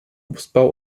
obstbau